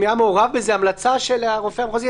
אם הייתה מעורבת בזה המלצה של הרופא המחוזי,